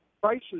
prices